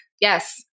Yes